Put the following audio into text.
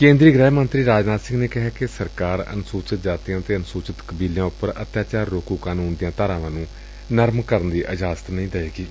ਕੇਂਦਰੀ ਗੁਹਿ ਮੰਤਰੀ ਰਾਜਨਾਬ ਸਿੰਘ ਨੇ ਕਿਹੈ ਕਿ ਸਰਕਾਰ ਅਨੁਸੁਚਿਤ ਜਾਤੀਆਂ ਅਤੇ ਅਨੁਸੁਚਿਤ ਕਬੀਲਿਆਂ ਉਪਰ ਅਤਿਆਚਾਰ ਰੋਕੂ ਕਾਨੂੰਨ ਦੀ ਧਾਰਾਵਾਂ ਨੂੰ ਨਰਮ ਕਰਨ ਦੀ ਇਜਾਜਤ ਨਹੀਂ ਦਏਗੀ